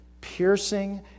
piercing